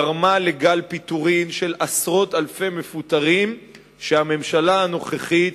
גרמה לגל פיטורים של עשרות אלפי מפוטרים שהממשלה הנוכחית,